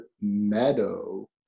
meadow